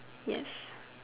yes